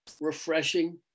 refreshing